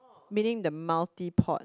meaning the multi port